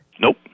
Nope